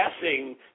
guessing